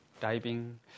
diving